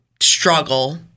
struggle